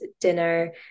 dinner